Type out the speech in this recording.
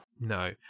No